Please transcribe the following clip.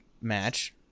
match